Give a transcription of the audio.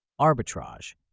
Arbitrage